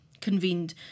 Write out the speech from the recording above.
convened